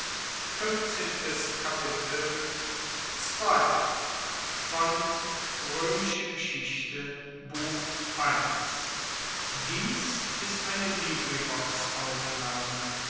dies ist die